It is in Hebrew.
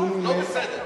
לא בסדר.